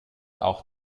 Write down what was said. auch